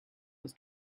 was